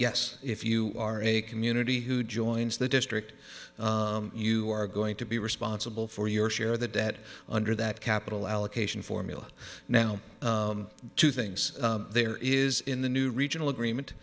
yes if you are a community who joins the district you are going to be responsible for your share the debt under that capital allocation formula now two things there is in the new regional agreement